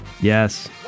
yes